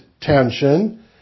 tension